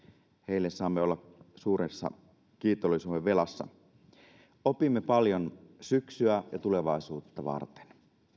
heille saamme olla suuressa kiitollisuudenvelassa opimme paljon syksyä ja tulevaisuutta varten